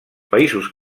països